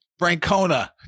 Francona